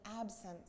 absence